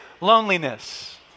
loneliness